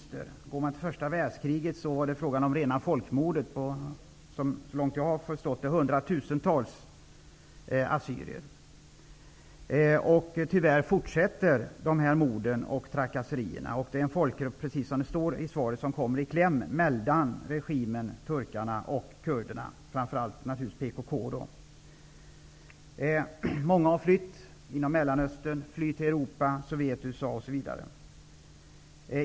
Om man går tillbaka till tiden under första världskriget finner man att det var fråga om rena folkmordet -- såvitt jag har förstått på hundra tusentals assyrier -- och tyvärr fortsätter dessa mord och trakasserier. Precis som framgår av svaret är detta en folkgrupp som kommer i kläm mellan den turkiska och den kurdiska regimen, framför PKK. Många människor i Mellanöstern har flytt till Europa, Sovjet, USA osv.